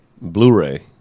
blu-ray